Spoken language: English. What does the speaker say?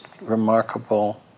remarkable